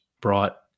brought